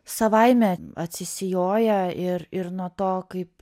savaime atsisijoja ir ir nuo to kaip